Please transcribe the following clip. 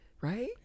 right